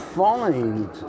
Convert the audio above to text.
find